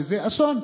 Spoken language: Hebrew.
וזה אסון.